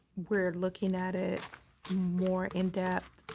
we're looking at it more in-depth.